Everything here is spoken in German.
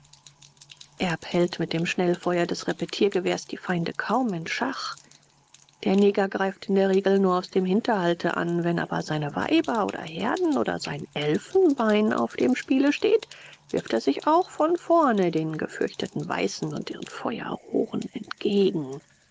erb hält mit dem schnellfeuer des repetiergewehrs die feinde kaum in schach der neger greift in der regel nur aus dem hinterhalte an wenn aber seine weiber oder herden oder sein elfenbein auf dem spiele steht wirft er sich auch von vorne den gefürchteten weißen und ihren feuerrohren entgegen